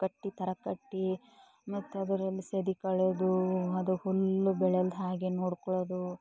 ತೊಟ್ಟಿ ಥರ ಕಟ್ಟಿ ಮತ್ತು ಅದರಲ್ಲಿ ಸದಿ ಕಳೆದು ಅದಕ್ಕೆ ಹುಲ್ಲು ಬೆಳೆಯಲ್ದಾಗೆ ನೋಡಿಕೊಳ್ಳೋದು